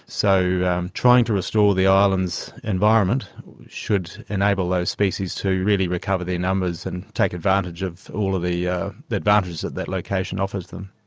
so trying to restore the island's environment should enable those species to really recover their numbers and take advantage of all of the yeah the advantages that that location offers them.